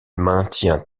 maintient